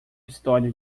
história